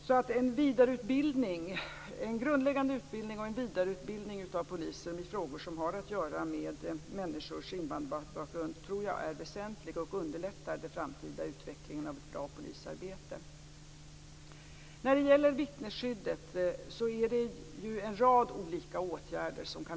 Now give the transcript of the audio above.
Jag tror att en grundläggande utbildning och vidareutbildning av poliserna i frågor som har att göra med invandrares bakgrund är väsentlig och underlättar den framtida utvecklingen av ett bra polisarbete. När det gäller vittnesskyddet kan det vidtas en rad olika åtgärder.